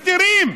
למה אתם מסתירים?